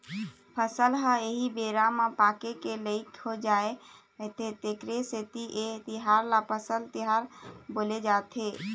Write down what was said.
फसल ह एही बेरा म पाके के लइक हो जाय रहिथे तेखरे सेती ए तिहार ल फसल तिहार बोले जाथे